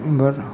एमहर